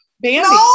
Bambi